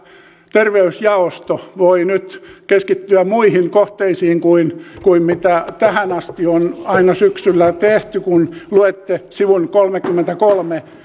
terveysjaosto voi nyt keskittyä muihin kohteisiin kuin kuin mitä tähän asti on aina syksyllä tehty kun luette sivun kolmekymmentäkolme